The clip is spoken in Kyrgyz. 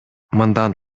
мындан